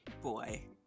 boy